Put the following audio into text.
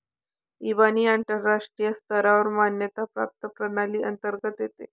इबानी आंतरराष्ट्रीय स्तरावर मान्यता प्राप्त प्रणाली अंतर्गत येते